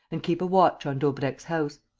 and keep a watch on daubrecq's house.